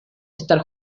estar